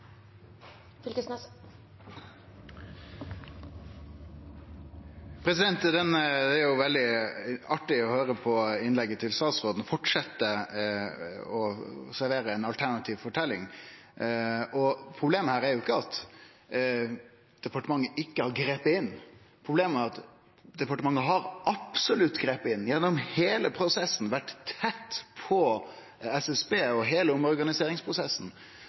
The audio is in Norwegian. veldig artig å høyre på innlegget til statsråden, ho fortset å servere ei alternativ forteljing. Problemet er ikkje at departementet ikkje har gripe inn. Problemet er at departementet absolutt har gripe inn, og gjennom heile prosessen vore tett på SSB og heile omorganiseringsprosessen,